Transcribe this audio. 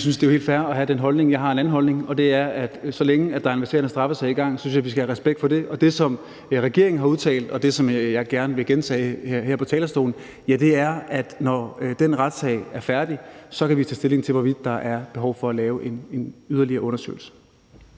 synes jo, det er helt fair at have den holdning. Jeg har en anden holdning, og den er, at så længe der er en verserende straffesag, synes jeg, at vi skal have respekt for det. Det, som regeringen har udtalt, og det, som jeg gerne vil gentage her på talerstolen, er, at når den retssag er færdig, kan vi tage stilling til, hvorvidt der er behov for at lave en yderligere undersøgelse.